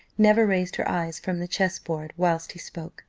never raised her eyes from the chess-board whilst he spoke,